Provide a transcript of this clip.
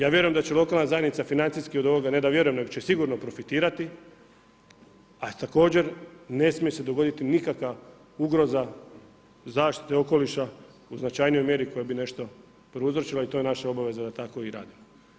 Ja vjerujem da će i lokalna zajednica financijski od ovoga, ne da vjerujem, nego će sigurno profitirati, a također, ne smije se dogoditi nikakva ugroza zaštita okoliša u značajnijoj mjeri koja bi nešto prouzročila i to je i naša obveza da tako i radimo.